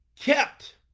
kept